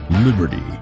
liberty